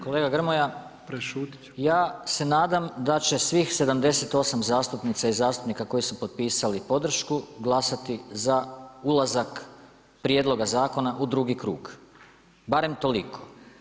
Kolega Grmoja, ja se nadam da će svih 78 zastupnica i zastupnika koji su potpisali podršku glasati za ulazak prijedloga zakona u drugi krug, barem toliko.